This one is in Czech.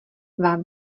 vám